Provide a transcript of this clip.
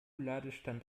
ladestand